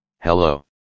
Hello